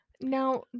Now